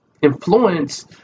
influence